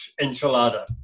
enchilada